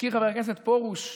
הזכיר חבר הכנסת פרוש,